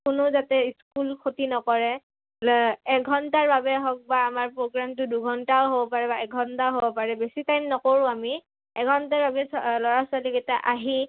কোনো যাতে স্কুল খতি নকৰে এঘণ্টাৰ বাবে হওক বা আমাৰ প্ৰগ্ৰেমটো দুঘণ্টাও হ'ব পাৰে বা এঘণ্টাও হ'ব পাৰে বেছি টাইম নকৰোঁ আমি এঘণ্টাৰ বাবে ল'ৰা ছোৱালীকেইটা আহি